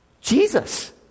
Jesus